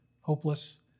hopeless